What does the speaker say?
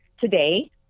today